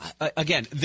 Again